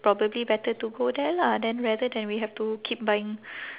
probably better to go there lah than rather than we have to keep buying